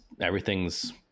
everything's